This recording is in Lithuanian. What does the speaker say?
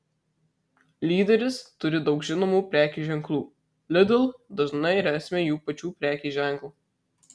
lyderis turi daug žinomų prekės ženklų lidl dažnai rasime jų pačių prekės ženklą